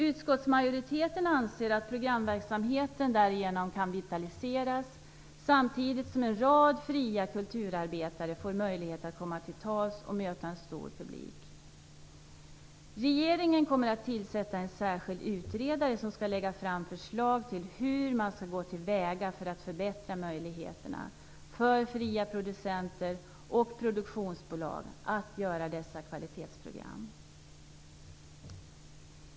Utskottsmajoriteten anser att programverksamheten därigenom kan vitaliseras samtidigt som en rad fria kulturarbetare får möjlighet att komma till tals och möta en stor publik. Regeringen kommer att tillsätta en särskild utredare som skall lägga fram förslag till hur man skall gå till väga för att förbättra möjligheterna för fria producenter och produktionsbolag att göra dessa kvalitetsprogram.